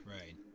right